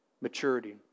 maturity